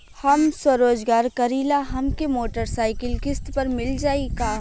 हम स्वरोजगार करीला हमके मोटर साईकिल किस्त पर मिल जाई का?